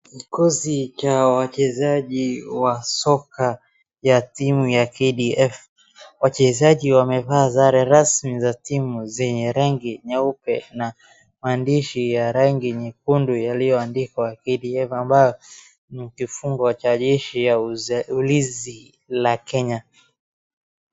Kikosi cha wachezaji wasoka ya timu ya KDF. Wachezaji wamevaa sare rasmi za timu zennye rangi nyeupe na maandishi ya rangi nyekundu yaliyoandikwa KDF ambayo ni kifungo cha jeshi za ulinzi la Kenya.